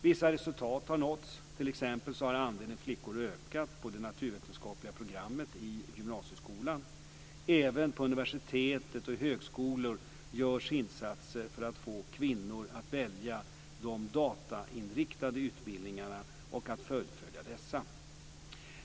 Vissa resultat har nåtts, t.ex. har andelen flickor ökat på det naturvetenskapliga programmet i gymnasieskolan. Även på universitet och högskolor görs insatser för att få kvinnor att välja de datainriktade utbildningarna och att fullfölja dessa.